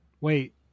wait